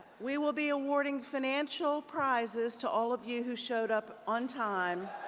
we will be awarding financial prizes to all of you who showed up on time.